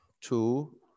Two